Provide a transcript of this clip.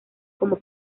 como